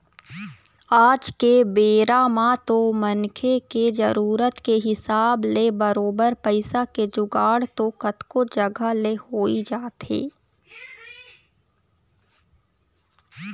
आज के बेरा म तो मनखे के जरुरत के हिसाब ले बरोबर पइसा के जुगाड़ तो कतको जघा ले होइ जाथे